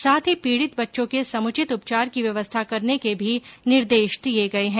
साथ ही पीड़ित बच्चों के समुचित उपचार की व्यवस्था करने के भी निर्देश दिए गये है